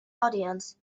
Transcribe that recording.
audience